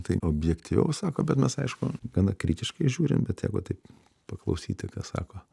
tai objektyviau sako bet mes aišku gana kritiškai žiūrim bet jeigu taip paklausyti ką sako